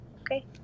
okay